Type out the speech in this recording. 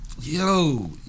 Yo